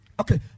Okay